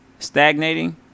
Stagnating